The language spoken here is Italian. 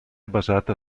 basata